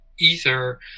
Ether